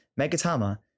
Megatama